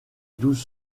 douze